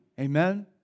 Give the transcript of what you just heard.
Amen